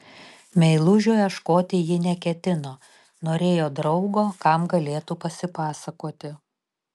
meilužio ieškoti ji neketino norėjo draugo kam galėtų pasipasakoti